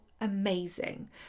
amazing